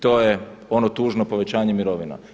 To je ono tužno povećanje mirovina.